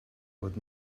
fod